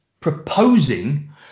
proposing